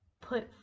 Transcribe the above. put